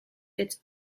its